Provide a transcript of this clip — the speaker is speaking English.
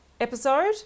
episode